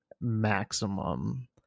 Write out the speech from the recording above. maximum